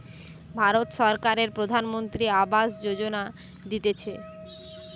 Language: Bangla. ভারত সরকারের প্রধানমন্ত্রী আবাস যোজনা দিতেছে